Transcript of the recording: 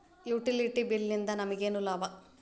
Utility bill ನಿಂದ್ ನಮಗೇನ ಲಾಭಾ?